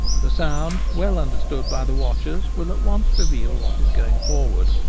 the sound, well understood by the watchers, will at once reveal what is going forward.